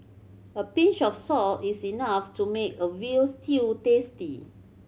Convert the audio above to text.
a pinch of salt is enough to make a veal stew tasty